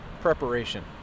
preparation